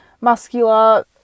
muscular